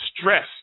stress